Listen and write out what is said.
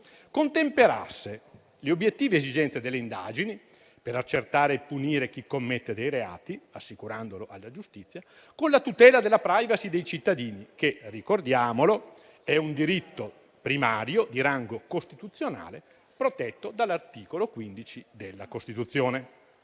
contemperasse le obiettive esigenze delle indagini, per accertare e punire chi commette reati, assicurandolo alla giustizia, con la tutela della *privacy* dei cittadini, che - ricordiamolo - è un diritto primario di rango costituzionale, protetto dall'articolo 15 della Costituzione.